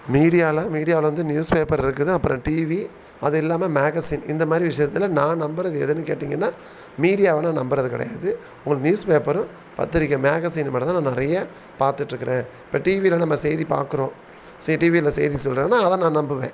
மீடியாவில் மீடியாவில் வந்து நியூஸ் பேப்பர் இருக்குது அப்புறம் டிவி அது இல்லாமல் மேகஸின் இந்த மாதிரி விஷயத்தில் நான் நம்புகிறது எதுன்னு கேட்டிங்கன்னால் மீடியாவை நான் நம்புறது கிடையாது உங்களுக்கு நியூஸ் பேப்பரும் பத்திரிக்கை மேகஸினை மட்டுந்தான் நான் நிறைய பார்த்துட்ருக்கறேன் இப்போ டிவியில் நம்ம செய்தி பார்க்கறோம் செ டிவியில் செய்தி சொல்கிறானா அதை நான் நம்புவேன்